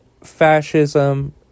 fascism